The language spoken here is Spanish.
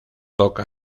toca